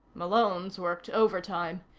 malone's worked overtime.